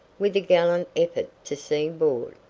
with a gallant effort to seem bored.